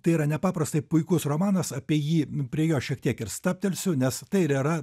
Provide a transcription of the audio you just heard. tai yra nepaprastai puikus romanas apie jį prie jo šiek tiek ir stabtelsiu nes tai ir yra